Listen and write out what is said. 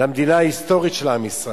למדינה ההיסטורית של עם ישראל.